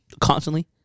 constantly